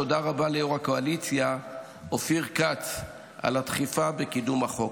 תודה רבה ליו"ר הקואליציה אופיר כץ על הדחיפה בקידום החוק.